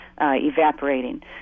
evaporating